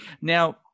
Now